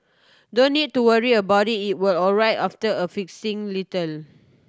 don't need to worry about it it will alright after a fixing little